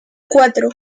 cuatro